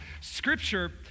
Scripture